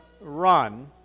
run